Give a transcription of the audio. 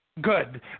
Good